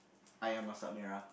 ayam masak merah